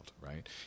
right